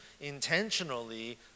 intentionally